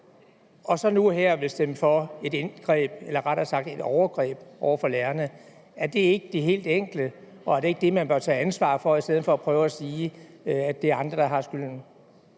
man så nu her vil stemme for et indgreb eller rettere sagt et overgreb over for lærerne? Er det ikke helt enkelt det, og er det ikke det, man bør tage ansvaret for i stedet for at prøve med at sige, at det er andre, der har skylden?